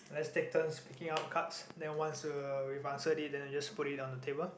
let's take turns picking up cards then once we'll we've answered it then you just put it on the table